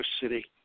City